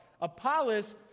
Apollos